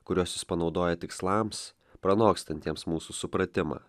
kuriuos jis panaudoja tikslams pranokstantiems mūsų supratimą